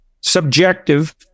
subjective